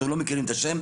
אתם לא מכירים את השם,